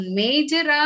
major